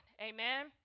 Amen